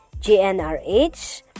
GNRH